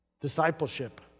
Discipleship